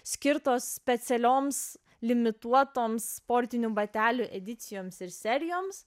skirtos specialioms limituotoms sportinių batelių edicijoms ir serijoms